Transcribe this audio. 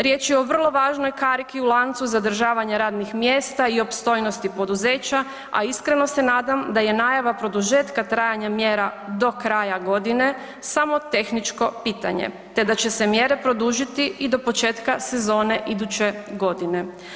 Riječ je o vrlo važnoj kariki zadržavanja radnih mjesta i opstojnosti poduzeća a iskreno se nadam da je najava produžetka trajanja mjera do kraja godine, samo tehničko pitanje te da će se mjere produžiti i do početka sezone iduće godine.